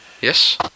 Yes